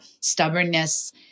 stubbornness